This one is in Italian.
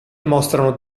mostrano